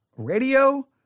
radio